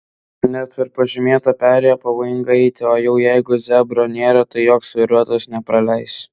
net per pažymėtą perėją pavojinga eiti o jau jeigu zebro nėra tai joks vairuotojas nepraleis